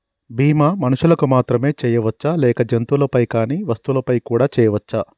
బీమా మనుషులకు మాత్రమే చెయ్యవచ్చా లేక జంతువులపై కానీ వస్తువులపై కూడా చేయ వచ్చా?